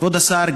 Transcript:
כבוד השר,